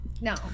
no